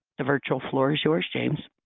the virtual floor is yours, james.